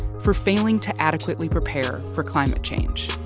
for failing to adequately prepare for climate change?